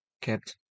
kept